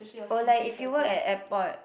or like if you work at airport